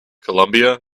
colombia